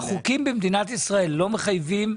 החוקים במדינת ישראל לא מחייבים